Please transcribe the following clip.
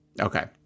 Okay